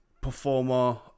performer